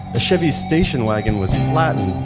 a chevy station wagon was flattened,